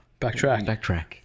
Backtrack